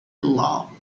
low